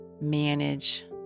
manage